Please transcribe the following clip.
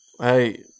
Hey